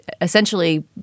essentially